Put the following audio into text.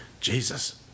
Jesus